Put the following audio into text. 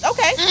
Okay